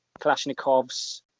Kalashnikovs